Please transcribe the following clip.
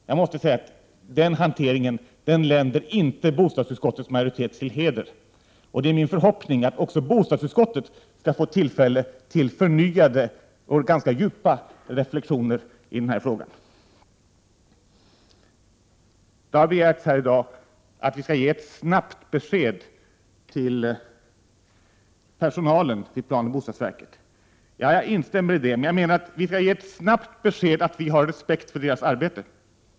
Jag måste säga att denna hantering inte länder bostadsutskottets majoritet till heder. Det är min förhoppning att också bostadsutskottet skall få tillfälle att göra förnyade och ganska djupa reflexioner i den här frågan. Det har här i dag begärts att vi snabbt skall ge ett besked till personalen vid det blivande planoch bostadsverket. Jag instämmer i detta. Men det besked vi snabbt skall ge dem, det är att att vi har respekt för deras arbete.